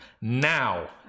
Now